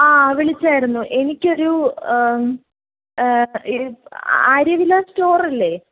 ആ വിളിച്ചായിരുന്നു എനിക്കൊരു ഈ ആര്യവില്ല്യാ സ്റ്റോറല്ലേ